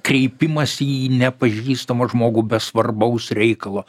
kreipimąsi į nepažįstamą žmogų be svarbaus reikalo